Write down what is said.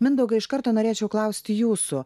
mindaugai iš karto norėčiau klausti jūsų